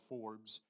Forbes